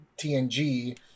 TNG